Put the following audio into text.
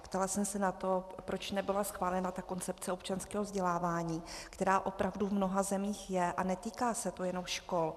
Ptala jsem se na to, proč nebyla schválena ta koncepce občanského vzdělávání, která opravdu v mnoha zemích je, a netýká se to jenom škol.